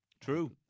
True